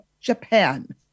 Japan